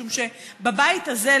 משום שבבית הזה,